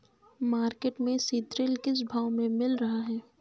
Market में सीद्रिल किस भाव में मिल रहा है?